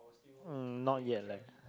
um not yet leh